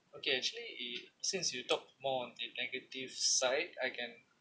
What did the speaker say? okay actually if since you talk more on the negative side I can